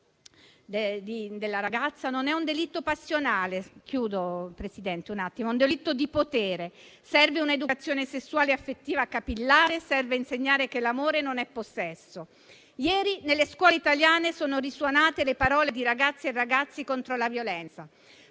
ragazza - non è un delitto passionale, è un delitto di potere. Serve un'educazione sessuale e affettiva capillare, serve insegnare che l'amore non è possesso. Ieri nelle scuole italiane sono risuonate le parole di ragazze e ragazzi contro la violenza,